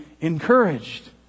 encouraged